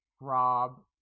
Rob